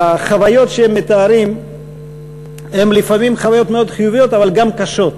והחוויות שהם מתארים הן לפעמים חוויות מאוד חיוביות אבל גם קשות.